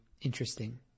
interesting